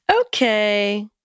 Okay